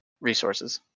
resources